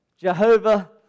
Jehovah